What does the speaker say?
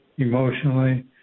emotionally